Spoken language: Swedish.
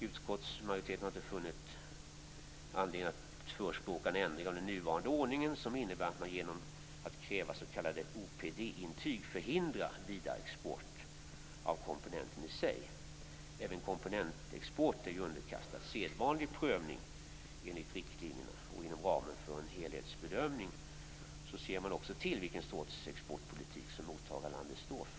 Utskottsmajoriteten har inte funnit någon anledning att förespråka en ändring av nuvarande ordning, som innebär att genom att kräva s.k. OPD-intyg förhindra vidareexport av komponenten i sig. Även komponentexport är underkastad sedvanlig prövning enligt riktlinjerna. Inom ramen för en helhetsbedömning avgörs vilken sorts exportpolitik som mottagarlandet står för.